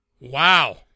wow